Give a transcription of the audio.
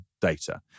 data